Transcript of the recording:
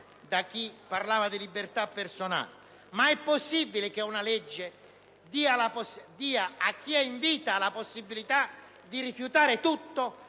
da chi parlava di libertà personale? Ma è possibile che una legge dia a chi è in vita la possibilità di rifiutare tutto